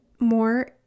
more